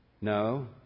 No